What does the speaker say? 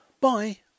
Bye